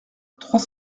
trois